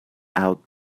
out